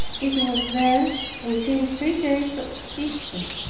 it was then within three days of easter.